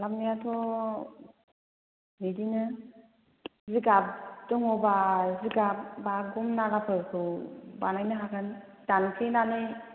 खालामनायाथ' बिदिनो जिगाब दङबा जिगाब बा गम नारा फोरखौ बानायनो हागोन दानफ्लेनानै